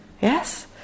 Yes